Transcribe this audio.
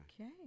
Okay